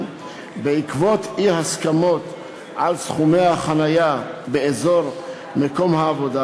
בעקבות אי-הסכמות על סכומי החניה באזור מקום העבודה,